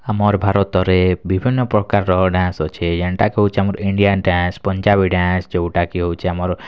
ଆମର୍ ଭାରତରେ ବିଭିନ୍ନ ପ୍ରକାରର ଡ୍ୟାନ୍ସ୍ ଅଛେ ଯେନଟାକି ହଉଛେ ଆମର୍ ଇଣ୍ଡିଆନ୍ ଡ୍ୟାନ୍ସ୍ ପଞ୍ଜାବୀ ଡ୍ୟାନ୍ସ୍ ଯେଉଁଟାକି ହେଉଛେ ଆମର୍